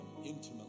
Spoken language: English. intimately